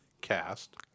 cast